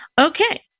Okay